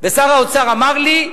ושר האוצר אמר לי: